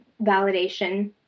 validation